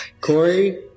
Corey